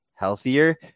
Healthier